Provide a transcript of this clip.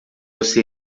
você